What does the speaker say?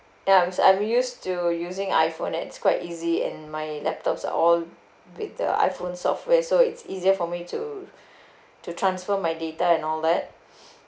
ya I'm used to using iPhone and it's quite easy and my laptops are all with the iPhone software so it's easier for me to to transfer my data and all that